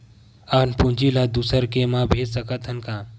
अपन पूंजी ला दुसर के मा भेज सकत हन का?